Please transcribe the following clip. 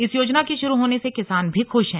इस योजना के शुरू होने से किसान भी खुश हैं